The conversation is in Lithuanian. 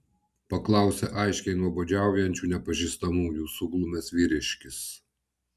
paklausė aiškiai nuobodžiaujančių nepažįstamųjų suglumęs vyriškis